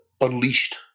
unleashed